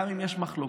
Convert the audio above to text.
גם אם יש מחלוקות,